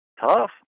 Tough